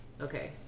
Okay